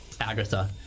Agatha